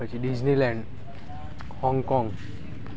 પછી Disneyland Hong Kong